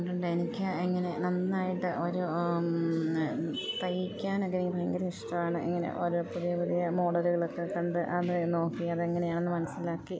ഉണ്ട് ഉണ്ട് എനിക്ക് ഇങ്ങനെ നന്നായിട്ട് ഒരു തയ്ക്കാനൊക്കെ എനിക്ക് ഭയങ്കര ഇഷ്ടമാണ് ഇങ്ങനെ ഓരോരുത്തർ പുതിയ പുതിയ മോഡലുകളൊക്കെ കണ്ടു അത് നോക്കി അത് എങ്ങനെയാണെന്ന് മനസ്സിലാക്കി